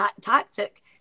tactic